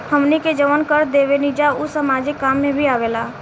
हमनी के जवन कर देवेनिजा उ सामाजिक काम में भी आवेला